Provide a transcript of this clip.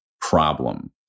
problem